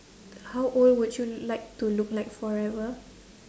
how old would you like to look like forever